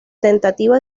tentativa